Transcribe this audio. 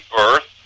birth